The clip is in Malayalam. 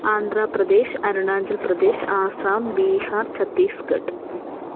ആന്ധ്രാപ്രദേശ് അരുണാചൽപ്രദേശ് ആസ്സാം ബീഹാർ ഛത്തീസ്ഘട്ട്